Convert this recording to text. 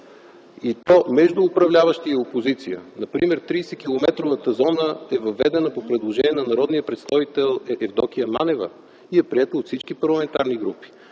и то между управляващи и опозиция. Например 30-километровата зона е въведена по предложението на народния представител Евдокия Манева и е приета от всички парламентарни групи.